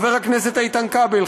חבר הכנסת איתן כבל,